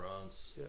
France